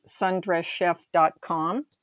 sundresschef.com